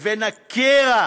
והקרע